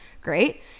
great